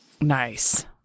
Nice